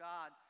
God